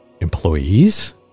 employees